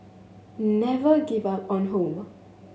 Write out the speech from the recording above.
never give up on home